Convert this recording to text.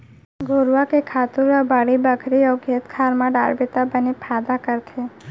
घुरूवा के खातू ल बाड़ी बखरी अउ खेत खार म डारबे त बने फायदा करथे